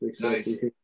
Nice